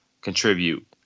contribute